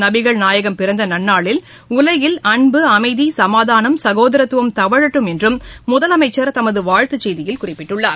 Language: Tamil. நபிகள் நாயகம் பிறந்த நன்னாளில் உலகில் அன்பு அமைதி சமாதானம் சகோதாரத்துவம் தவழட்டும் என்றும் முதலமைச்சர் தமது வாழ்த்து செய்தியில் குறிப்பிட்டுள்ளார்